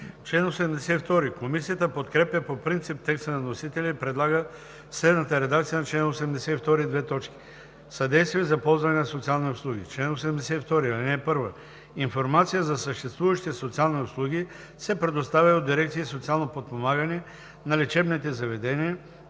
АДЕМОВ: Комисията подкрепя по принцип текста на вносителя и предлага следната редакция на чл. 82: „Съдействие за ползване на социални услуги Чл. 82. (1) Информация за съществуващите социални услуги се предоставя от дирекции „Социално подпомагане“ на лечебните заведения,